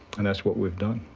and that's what we've done.